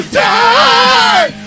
die